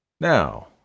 Now